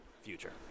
future